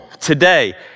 today